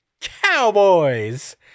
Cowboys